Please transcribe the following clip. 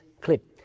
clip